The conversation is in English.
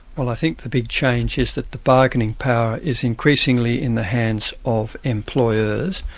well i think the big change is that the bargaining power is increasingly in the hands of employers.